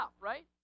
right